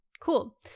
Cool